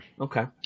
Okay